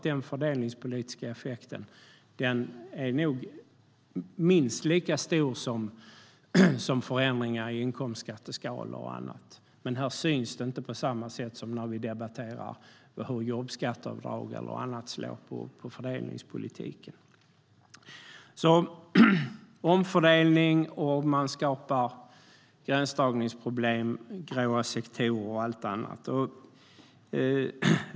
Den fördelningspolitiska effekten är nog minst lika stor av detta som av förändringar i inkomstskatteskalor och annat. Men här syns det inte på samma sätt som när vi debatterar hur jobbskatteavdrag och annat slår fördelningspolitiskt. Detta handlar om omfördelning, gränsdragningsproblem, gråa sektorer och annat.